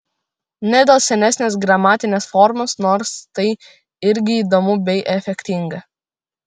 ne dėl senesnės gramatinės formos nors tai irgi įdomu bei efektinga